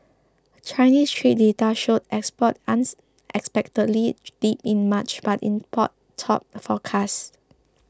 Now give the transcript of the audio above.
Chinese trade data showed exports unexpectedly dipped in March but imports topped forecasts